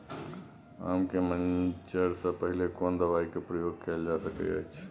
आम के मंजर से पहिले कोनो दवाई के प्रयोग कैल जा सकय अछि?